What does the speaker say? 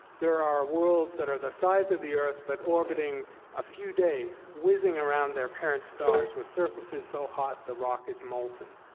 there are worlds that are the size of the earth but orbiting a few days, whizzing around their parent stars with surfaces so hot the rock is molten.